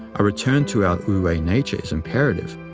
a return to our wu-wei nature is imperative,